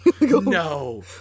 no